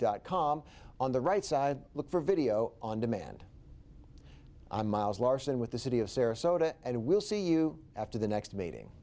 dot com on the right side look for video on demand i'm miles larson with the city of sarasota and we'll see you after the next meeting